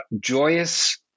joyous